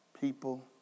people